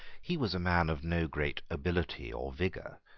he was a man of no great ability or vigour,